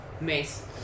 mace